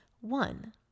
one